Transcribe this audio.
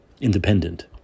Independent